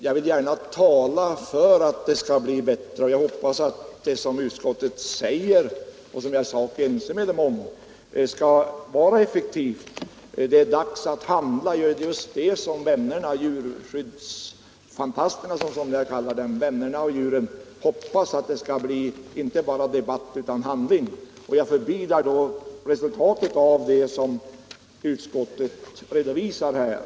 Jag vill gärna tala för att det skall bli bättre, och jag hoppas att det som utskottet säger, och som jag i sak är ense med utskottet om, skall vara effektivt. Det är dags att handla. Ja, det är just det som djurvännerna — djurskyddsfantasterna som somliga kallar dem — hoppas att det skall bli, inte bara debatt utan handling. Jag förbidar då resultatet av det som utskottet redovisar här.